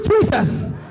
Jesus